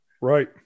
Right